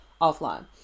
offline